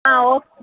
ആ ഓ